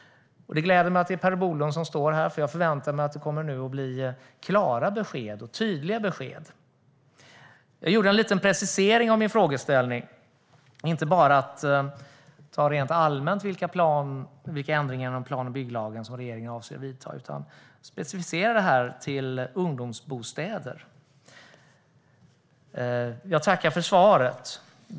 Och det gläder mig att det är Per Bolund som står här, för jag väntar mig att det nu kommer att bli klara och tydliga besked. Jag gjorde en liten precisering av min frågeställning till att gälla ungdomsbostäder och inte bara rent allmänt vilka ändringar i plan och bygglagen som regeringen avser att vidta. Jag tackar för svaret.